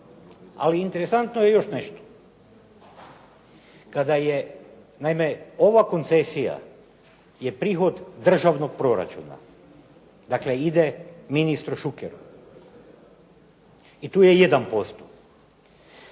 Ali interesantno je još nešto, kada je ova koncesija je prihod državnog proračuna, dakle ide ministru Šukeru, i tu je 1%,